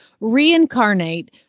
reincarnate